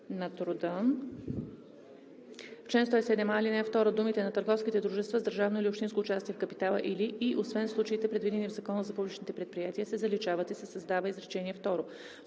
в чл. 107а., ал. 2 думите „на търговските дружества с държавно или общинско участие в капитала или“ и „освен в случаите, предвидени в Закона за публичните предприятия“ се заличават и се създава изречение второ: